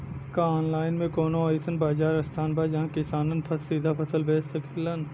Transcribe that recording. का आनलाइन मे कौनो अइसन बाजार स्थान बा जहाँ किसान सीधा फसल बेच सकेलन?